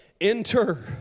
enter